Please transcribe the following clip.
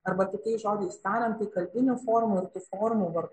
arba kitais žodžiais tariant tai kalbinių formų ir tų formų var